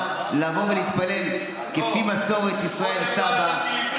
לבוא ולהתפלל כפי מסורת ישראל סבא,